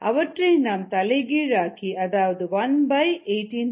அவற்றை நாம் தலைகீழாக்கி அதாவது 118